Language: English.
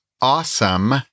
awesome